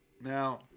Now